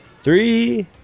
three